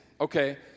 okay